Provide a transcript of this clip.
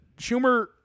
Schumer